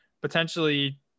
potentially